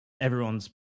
everyone's